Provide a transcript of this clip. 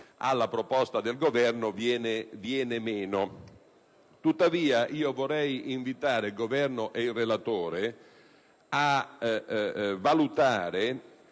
alla proposta del Governo - viene meno. Tuttavia vorrei invitare il Governo e il relatore a valutare